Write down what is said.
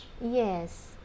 Yes